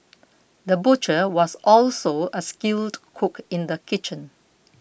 the butcher was also a skilled cook in the kitchen